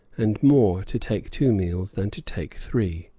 and more to take two meals than to take three.